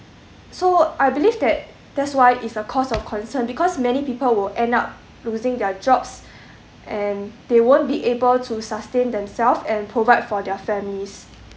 so I believe that that's why it's a cause of concern because many people will end up losing their jobs and they won't be able to sustain themselves and provide for their families